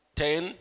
ten